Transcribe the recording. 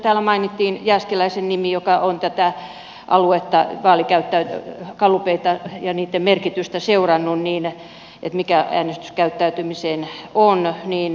täällä mainittiin jääskeläisen nimi joka on tätä aluetta gallupeita ja niitten merkitystä seurannut että mikä äänestyskäyttäytymiseen vaikuttaa